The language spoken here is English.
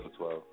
12